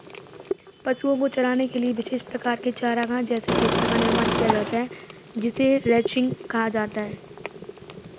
पशुओं को चराने के लिए विशेष प्रकार के चारागाह जैसे क्षेत्र का निर्माण किया जाता है जिसे रैंचिंग कहा जाता है